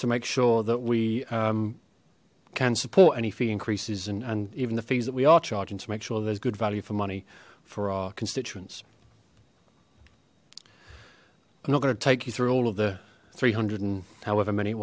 to make sure that we can support any fee increases and even the fees that we are charging to make sure there's good value for money for our constituents i'm not going to take you through all of the three hundred and however many